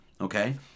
Okay